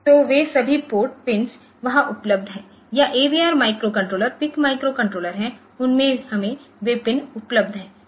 तो वे सभी पोर्ट पिंस वहां उपलब्ध है या AVR माइक्रोकंट्रोलरPIC माइक्रोकंट्रोलर हैं उनमें हमें वे पिन उपलब्ध हैं